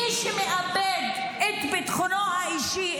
מי שמאבד את ביטחונו האישי,